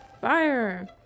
fire